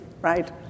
right